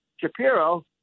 Shapiro